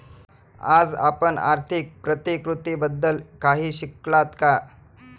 आज आपण आर्थिक प्रतिकृतीबद्दल काही शिकलात का?